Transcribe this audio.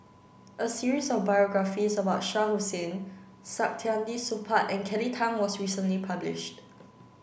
a series of biographies about Shah Hussain Saktiandi Supaat and Kelly Tang was recently published